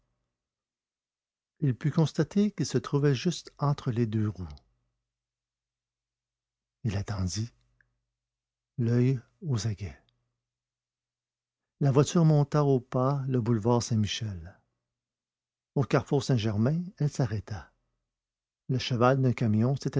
il put constater qu'il se trouvait juste entre les deux roues il attendit l'oeil aux aguets la voiture monta au pas le boulevard saint-michel au carrefour saint-germain elle s'arrêta le cheval d'un camion